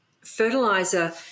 fertilizer